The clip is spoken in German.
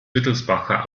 wittelsbacher